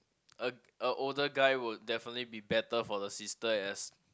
a a older guy would definitely be better for the sister as